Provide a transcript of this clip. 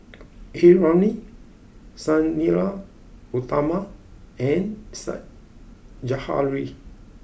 A Ramli Sang Nila Utama and Said Zahari